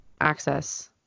access